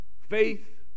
faith